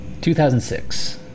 2006